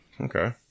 Okay